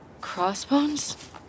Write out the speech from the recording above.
Crossbones